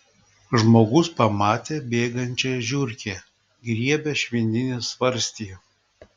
žmogus pamatė bėgančią žiurkę griebia švininį svarstį